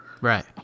Right